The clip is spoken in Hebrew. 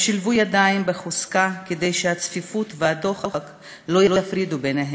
הם שילבו ידיים בחוזקה כדי שהצפיפות והדוחק לא יפרידו ביניהם.